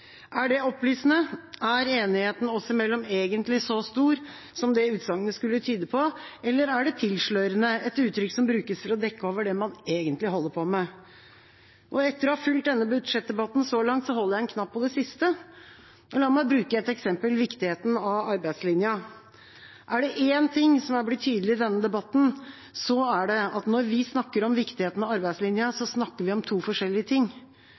Er det opplysende? Er enigheten oss imellom egentlig så stor som det utsagnet skulle tyde på? Eller er det tilslørende, et uttrykk som brukes for å dekke over det man egentlig holder på med? Etter å ha fulgt denne budsjettdebatten så langt, holder jeg en knapp på det siste. La meg bruke et eksempel – viktigheten av arbeidslinja. Er det én ting som er blitt tydelig i denne debatten, er det at når vi snakker om viktigheten av arbeidslinja, snakker vi om to forskjellige ting.